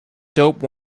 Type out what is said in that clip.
dope